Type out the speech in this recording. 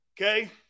Okay